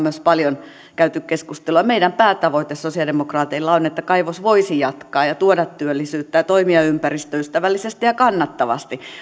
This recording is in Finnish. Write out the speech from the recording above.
myös on paljon käyty keskustelua meidän päätavoitteemme sosialidemokraateilla on se että kaivos voisi jatkaa ja ja tuoda työllisyyttä ja toimia ympäristöystävällisesti ja kannattavasti